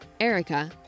Erica